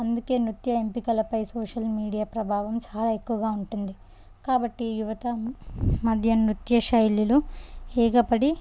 అందుకే నృత్య ఎంపికలపై సోషల్ మీడియా ప్రభావం చాలా ఎక్కువగా ఉంటుంది కాబట్టి యువత మధ్య నృత్యశైలులు ఎగబడి